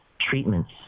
treatments